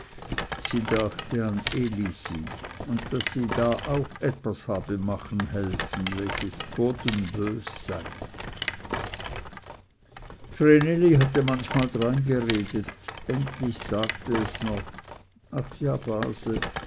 sie dachte an elisi und daß sie da auch etwas habe machen helfen welches bodenbös sei vreneli hatte manchmal dreingeredet endlich sagte es noch ach ja base